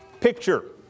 picture